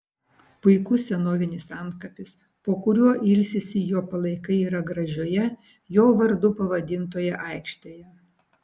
puikus senovinis antkapis po kuriuo ilsisi jo palaikai yra gražioje jo vardu pavadintoje aikštėje